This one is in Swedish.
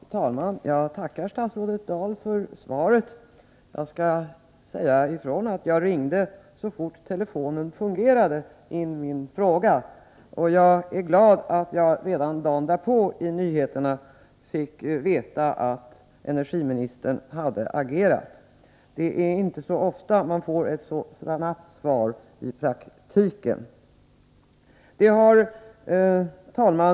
Herr talman! Jag tackar statsrådet Dahl för svaret. Jag skall säga ifrån att jag så fort telefonen fungerade ringde in min fråga, och jag är glad att jag redan dagen därpå i nyheterna fick veta att energiministern hade agerat. Det är inte så ofta man får ett så snabbt svar i praktiken. Herr talman!